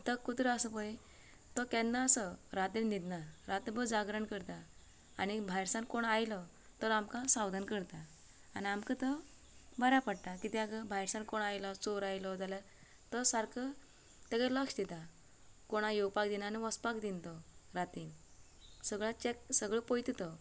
तो कुत्रो आसा पळय तो केन्ना असो राती न्हिदना रात भर जागरण करता आनी भायरसान कोण आयलो तर आमकां सावधान करता आनी आमकां तो बऱ्या पडटा कित्याक भायरसान कोण आयलो चोर आयलो जाल्यार तो सारको तेजेर लक्ष दिता कोणाक येवपाक दिना आनी वचपाक दिना तो राती सगळे चॅक सगळें पळयता तो